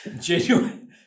genuine